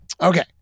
Okay